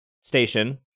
station